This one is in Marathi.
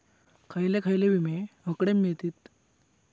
खयले खयले विमे हकडे मिळतीत?